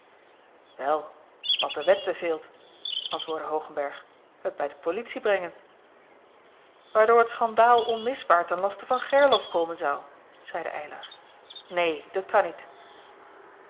wel wat de wet beveelt antwoordde hoogenberg het bij de politie brengen waardoor het schandaal onmisbaar ten laste van gerlof komen zou zeide eylar neen dat kan niet